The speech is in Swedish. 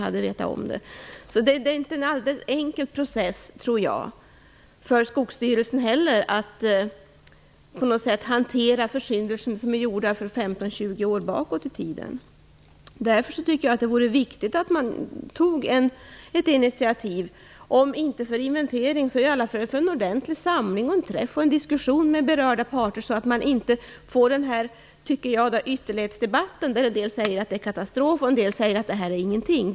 Jag tror alltså att processen inte är helt enkel för Skogsstyrelsen heller när det gäller att hantera försyndelser gjorda 15 eller 20 år bakåt i tiden. Därför tycker jag att det är viktigt att ta ett initiativ - kanske inte för inventeringens skull utan kanske mera för att få en ordentlig samling och en diskussion med berörda parter; detta för att slippa en ytterlighetsdebatt där en del talar om katastrof och andra säger att det här är ingenting.